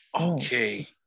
Okay